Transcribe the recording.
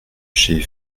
chez